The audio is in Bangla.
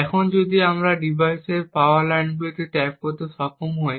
এখন যদি আমরা ডিভাইসের পাওয়ার লাইনগুলিতে ট্যাপ করতে সক্ষম হই